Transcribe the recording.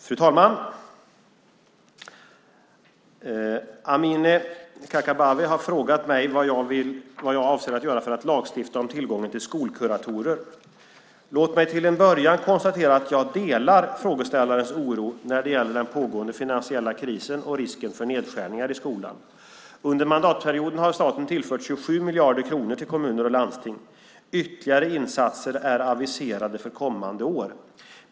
Fru talman! Amineh Kakabaveh har frågat mig vad jag avser att göra för att lagstifta om tillgången till skolkuratorer. Låt mig till en början konstatera att jag delar frågeställarens oro när det gäller den pågående finansiella krisen och risken för nedskärningar i skolan. Under mandatperioden har staten tillfört 27 miljarder kronor till kommuner och landsting. Ytterligare insatser är aviserade för kommande år.